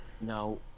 now